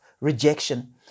rejection